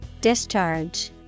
Discharge